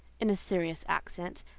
in a serious accent,